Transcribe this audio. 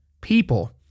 people